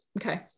Okay